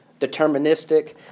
deterministic